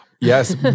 Yes